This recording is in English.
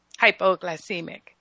Hypoglycemic